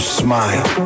smile